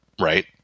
Right